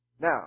Now